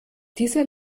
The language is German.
dieser